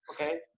okay